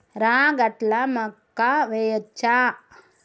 రాగట్ల మక్కా వెయ్యచ్చా?